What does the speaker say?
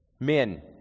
men